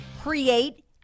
Create